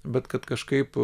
bet kad kažkaip